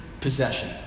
possession